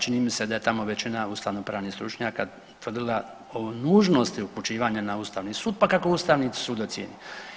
Čini mi se da je tamo većina ustavno-pravnih stručnjaka tvrdila o nužnosti upućivanja na Ustavni sud, pa kako Ustavni sud ocijeni.